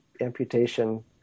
amputation